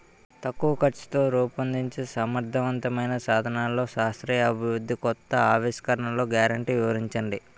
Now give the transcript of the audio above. తక్కువ ఖర్చుతో రూపొందించే సమర్థవంతమైన సాధనాల్లో శాస్త్రీయ అభివృద్ధి కొత్త ఆవిష్కరణలు గ్యారంటీ వివరించండి?